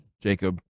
Jacob